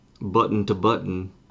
button-to-button